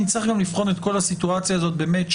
נצטרך לבחון גם את כל הסיטואציה הזאת באמת,